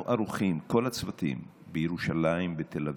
אנחנו ערוכים, כל הצוותים בירושלים, בתל אביב.